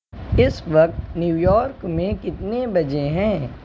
اِس وقت New York میں کتنے بجے ہیں